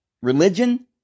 Religion